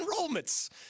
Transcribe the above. enrollments